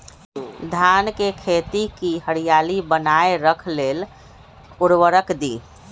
धान के खेती की हरियाली बनाय रख लेल उवर्रक दी?